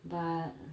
but